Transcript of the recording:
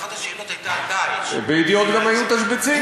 ב"ידיעות" היה תשבץ,